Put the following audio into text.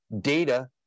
data